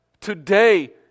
today